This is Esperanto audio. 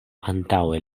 antaŭe